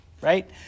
right